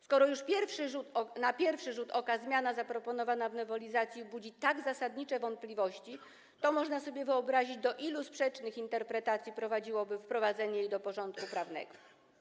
Skoro już na pierwszy rzut oka zmiana zaproponowana w nowelizacji budzi tak zasadnicze wątpliwości, to można sobie wyobrazić, do ilu sprzecznych interpretacji prowadziłoby wprowadzenie jej do porządku prawnego.